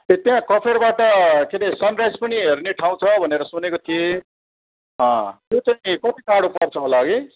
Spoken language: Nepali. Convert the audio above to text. ए त्यहाँ कफेरबाट के अरे सनराइज पनि हेर्ने ठाउँ छ भनेको सुनेको थिएँ त्यो चै कति टाढो पर्छ होला हगि